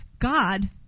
God